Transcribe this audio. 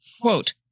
quote